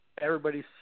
everybody's